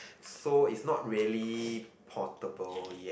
so is not really portable yet